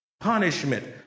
Punishment